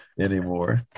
anymore